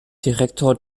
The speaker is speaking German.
direktor